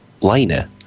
liner